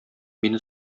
мине